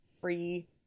free